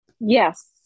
Yes